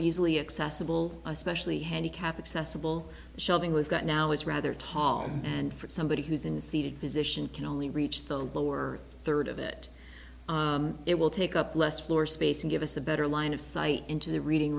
easily accessible especially handicapped accessible shelving we've got now is rather tall and for somebody who's in the seated position can only reach the lower third of it it will take up less floor space and give us a better line of sight into the reading